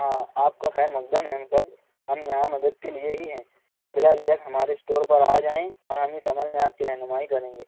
ہاں آپ کا خیرمقدم ہے مصعب ہم یہاں مدد کے لیے ہی ہیں بلا جھجھک ہمارے اسٹور پر آ جائیں اور ہم اس عمل میں آپ کی رہنمائی کریں گے